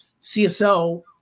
CSL